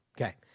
okay